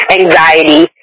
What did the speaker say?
anxiety